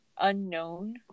unknown